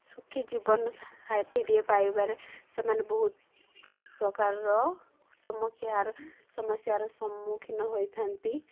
ସୁଖୀ ଜୀବନସାଥିଟିଏ ପାଇବାରେ ସେମାନେ ବହୁତ ପ୍ରକାରର ସମକ୍ଷା ସମସ୍ୟାର ସମ୍ମୁଖୀନ ହୋଇଥାନ୍ତି